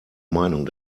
meinung